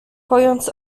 pojąc